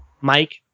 Mike